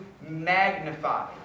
magnify